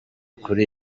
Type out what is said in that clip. kuri